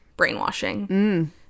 brainwashing